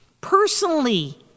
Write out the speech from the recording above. personally